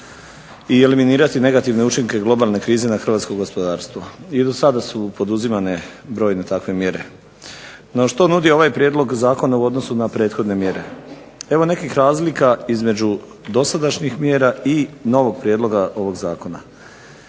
i eliminirati negativne učinke globalne krize na hrvatsko gospodarstvo i do sada su poduzimane brojne takve mjere. No što nudi ovaj prijedlog zakona u odnosu na prethodne mjere? Evo nekih razlika između dosadašnjih mjera i novog prijedloga ovog zakona.